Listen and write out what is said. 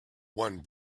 one